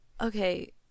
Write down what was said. okay